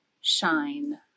shine